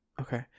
Okay